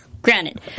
Granted